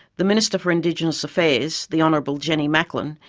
the minister for indigenous affairs, the hon. jenny macklin,